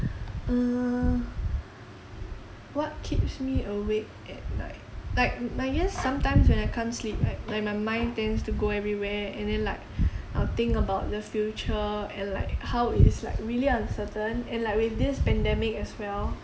uh what keeps me awake at night like I guess sometimes when I can't sleep like when my mind tends to go everywhere and then like I'll think about the future and like how it is like really uncertain and like with this pandemic as well